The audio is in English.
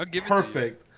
perfect